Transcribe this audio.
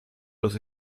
los